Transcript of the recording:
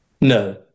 No